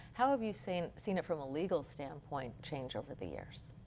how have you seen seen it from a legal standpoint change over the years?